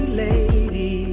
lady